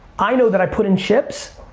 i know that i put in chips.